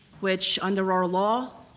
which under our law,